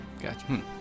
Gotcha